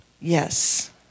yes